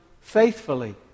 faithfully